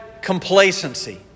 complacency